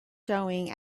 showing